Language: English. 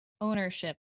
ownership